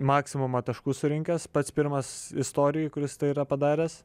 maksimumą taškų surinkęs pats pirmas istorijoj kuris tai yra padaręs